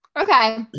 Okay